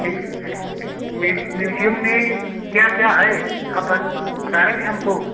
ठीक है मी म्यूज़ीअम में क्या क्या है आप ब बताएँगे हमको